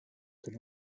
can